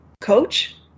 coach